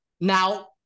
Now